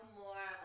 more